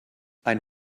ein